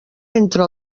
entre